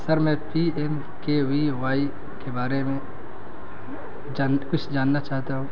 سر میں P M K V Y کے بارے میں جان کچھ جاننا چاہتا ہوں